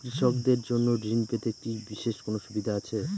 কৃষকদের জন্য ঋণ পেতে কি বিশেষ কোনো সুবিধা আছে?